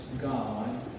God